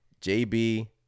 JB